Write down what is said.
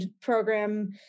program